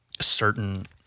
certain